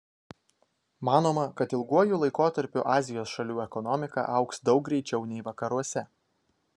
manoma kad ilguoju laikotarpiu azijos šalių ekonomika augs daug greičiau nei vakaruose